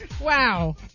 Wow